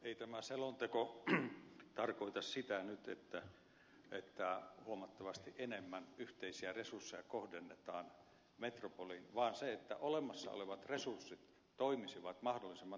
ei tämä selonteko tarkoita sitä nyt että huomattavasti enemmän yhteisiä resursseja kohdennetaan metropoliin vaan sitä että olemassa olevat resurssit toimisivat mahdollisimman tehokkaasti ja vaikuttavasti